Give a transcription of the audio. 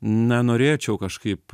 nenorėčiau kažkaip